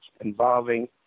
involving